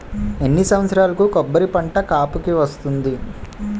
ఎన్ని సంవత్సరాలకు కొబ్బరి పంట కాపుకి వస్తుంది?